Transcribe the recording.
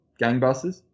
gangbusters